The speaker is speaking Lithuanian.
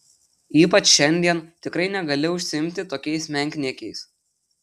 ypač šiandien tikrai negali užsiimti tokiais menkniekiais